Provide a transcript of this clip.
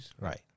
Right